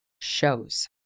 shows